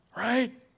Right